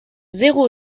zéro